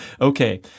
Okay